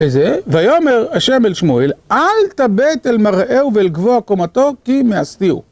ויאמר השם אל שמואל, אל תבט אל מראהו ואל גבוה קומתו, כי מאסתיהו.